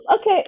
Okay